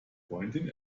freundin